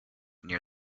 near